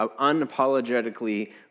unapologetically